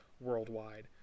worldwide